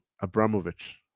Abramovich